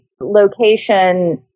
location